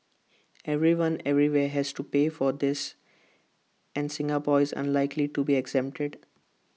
everyone everywhere has to pay for this and Singapore is unlikely to be exempted